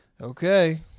Okay